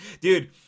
dude